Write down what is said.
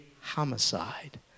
homicide